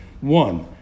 One